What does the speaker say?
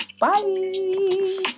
Bye